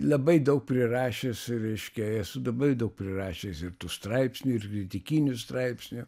labai daug prirašęs reiškia esu dabai daug prirašęs ir tų straipsnių ir kritikinių straipsnių